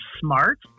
smart